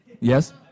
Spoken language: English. Yes